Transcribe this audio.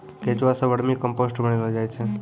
केंचुआ सें vermicompost बनैलो जाय छै